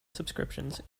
subscriptions